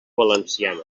valenciana